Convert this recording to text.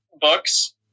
books